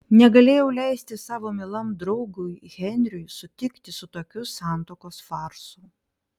negalėjau leisti savo mielam draugui henriui sutikti su tokiu santuokos farsu